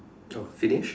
oh finished